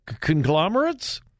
conglomerates